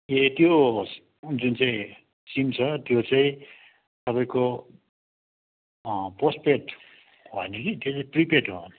ए त्यो जुन चाहिँ सिम छ त्यो चाहिँ तपाईँको पोस्टपेड होइन कि त्यो चाहिँ प्रिपेड हो